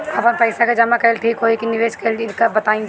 आपन पइसा के जमा कइल ठीक होई की निवेस कइल तइका बतावल जाई?